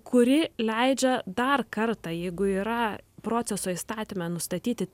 kuri leidžia dar kartą jeigu yra proceso įstatyme nustatyti